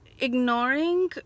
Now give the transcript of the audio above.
ignoring